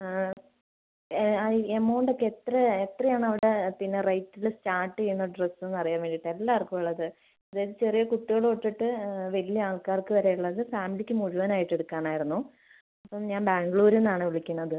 ആ എമൗണ്ടൊക്കെ എത്ര എത്ര ആണ് അവിടെ പിന്നെ റേറ്റിൽ സ്റ്റാർട്ട് ചെയ്യുന്ന ഡ്രസ്സെന്ന് അറിയാൻ വേണ്ടീട്ട് എല്ലാവർക്കും ഉള്ളത് അതായത് ചെറിയ കുട്ടികൾ തൊട്ടിട്ട് വലിയ ആൾക്കാർക്ക് വരെ ഉള്ളത് ഫാമിലിക്ക് മുഴുവൻ ആയിട്ട് എടുക്കാൻ ആയിരുന്നു ഇപ്പം ഞാൻ ബാംഗ്ലൂരിന്നാണ് വിളിക്കുന്നത്